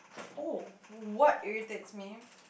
oh what irritates me